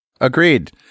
Agreed